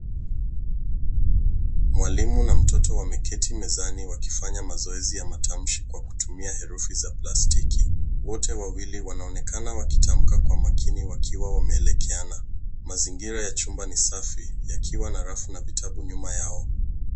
Mwalimu na mtoto wameketi mezani wakifanya mazoezi ya matamshi kwa kutumia herufi za plastiki. Wote wawili wanaonekana wakitamka kwa makini wakiwa wameelekeana. Mazingira ya chumba ni safi yakiwa na rafu na vitabu nyuma yao.